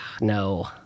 No